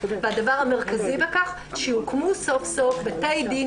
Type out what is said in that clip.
והדבר המרכזי בכך הוא שיוקמו סוף-סוף בתי דין